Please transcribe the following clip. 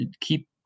keep